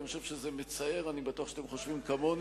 אני חושב שזה מצער, אני בטוח שאתם חושבים כמוני,